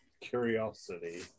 curiosity